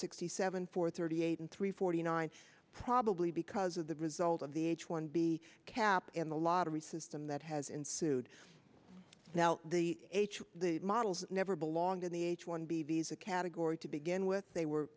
sixty seven for thirty eight and three forty nine probably because of the result of the h one b cap in the lottery system that has ensued now the models never belonged in the h one b visa category to begin with they were